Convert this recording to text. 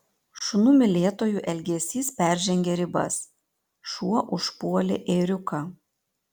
šunų mylėtojų elgesys peržengė ribas šuo užpuolė ėriuką